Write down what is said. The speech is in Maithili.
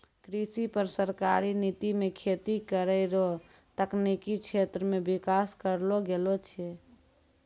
कृषि पर सरकारी नीति मे खेती करै रो तकनिकी क्षेत्र मे विकास करलो गेलो छै